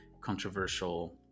controversial